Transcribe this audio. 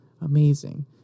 amazing